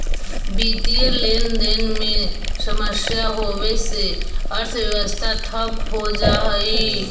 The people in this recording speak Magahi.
वित्तीय लेनदेन में समस्या होवे से अर्थव्यवस्था ठप हो जा हई